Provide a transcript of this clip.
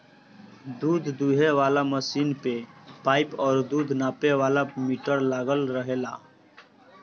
दूध दूहे वाला मशीन में पाइप और दूध नापे वाला मीटर लागल रहेला